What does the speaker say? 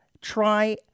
Try